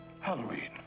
Halloween